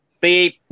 Beep